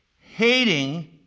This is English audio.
hating